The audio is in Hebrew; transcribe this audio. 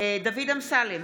דוד אמסלם,